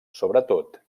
sobretot